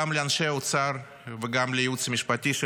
גם לאנשי האוצר וגם לייעוץ המשפטי של